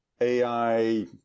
AI